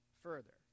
further